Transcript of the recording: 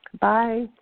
Bye